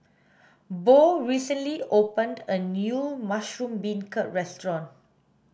Bo recently opened a new mushroom beancurd restaurant